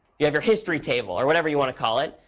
you have your history table or whatever you want to call it.